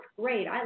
great